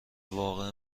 واقع